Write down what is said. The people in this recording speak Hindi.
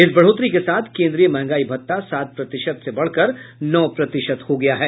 इस बढ़ोतरी के साथ केन्द्रीय महंगाई भत्ता सात प्रतिशत से बढ़कर नौ प्रतिशत हो गया है